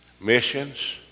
Missions